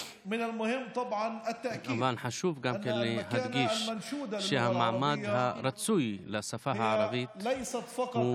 אבל חשוב גם להדגיש שהמעמד הרצוי לשפה הערבית הוא